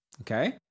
Okay